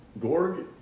Gorg